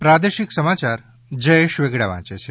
પ્રાદેશિક સમાયાર જયેશ વેગડા વાંચે છે